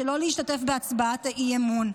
שלא להשתתף בהצבעת האי-אמון.